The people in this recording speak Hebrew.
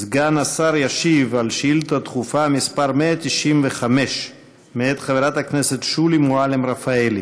סגן השר ישיב על שאילתה דחופה מס' 195 מאת חברת הכנסת שולי מועלם-רפאלי